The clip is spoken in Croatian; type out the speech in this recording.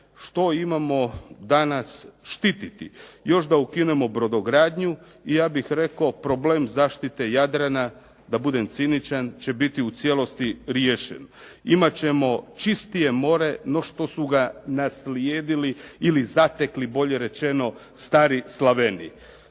što imamo danas štititi. Još da ukinemo brodogradnju, ja bih rekao, problem zaštite Jadrana, da budem ciničan, će biti u cijelosti riješen. Imati ćemo čistije more no što su ga naslijedili ili zatekli, bolje rečeno Stari Slaveni.